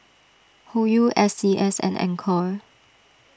Hoyu S C S and Anchor